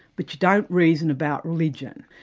but you don't reason about religion.